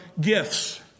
gifts